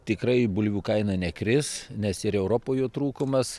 tikrai bulvių kaina nekris nes ir europoj jų trūkumas